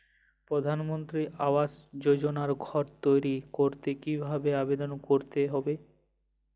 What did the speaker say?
প্রধানমন্ত্রী আবাস যোজনায় ঘর তৈরি করতে কিভাবে আবেদন করতে হবে?